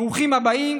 ברוכים הבאים.